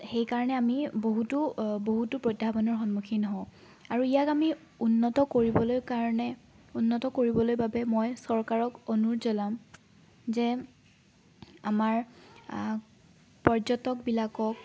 সেইকাৰণে আমি বহুতো বহুতো প্ৰত্যাহ্বানৰ সন্মুখীন হওঁ আৰু ইয়াক আমি উন্নত কৰিবলৈ কাৰণে উন্নত কৰিবলৈ বাবে মই চৰকাৰক অনুৰোধ জনাম যে আমাৰ আমাৰ পৰ্যটকবিলাকক